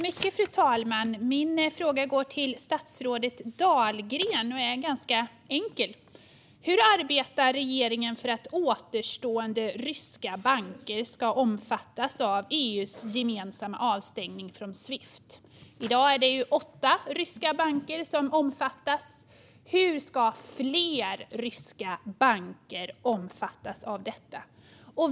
Fru talman! Min fråga går till statsrådet Dahlgren och är ganska enkel. Hur arbetar regeringen för att återstående ryska banker ska omfattas av EU:s gemensamma avstängning från Swift? I dag är det åtta ryska banker som omfattas. Hur ska fler ryska banker omfattas av detta?